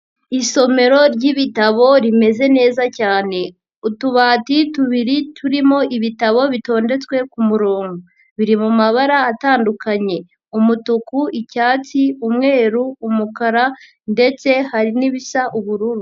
Isomero ry'ibitabo rimeze neza cyane. Utubati tubiri turimo ibitabo bitondetswe ku murongo. Biri mumabara atandukanye umutuku, icyatsi, umweru, umukara ndetse hari n'ibisa ubururu.